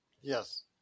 Yes